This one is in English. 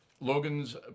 Logan's